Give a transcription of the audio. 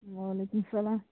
وعلیکُم سَلام